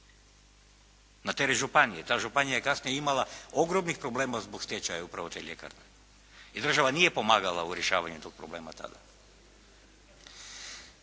na teret županije. Ta županija je kasnije imala ogromnih problema zbog stečaja upravo te ljekarne i država nije pomagala u rješavanju tog problema tada.